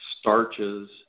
starches